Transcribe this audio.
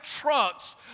trucks